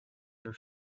your